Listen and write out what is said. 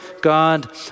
God